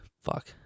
Fuck